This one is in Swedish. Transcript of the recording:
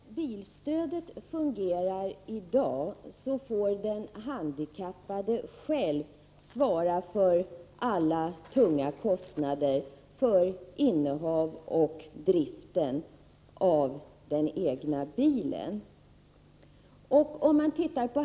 Herr talman! Som bilstödet fungerar i dag får den handikappade själv svara för alla tunga kostnader för innehav och drift av den egna bilen.